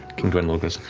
king dwendal goes